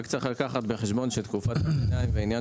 רק צריך לקחת בחשבון לגבי תקופת הביניים בעניין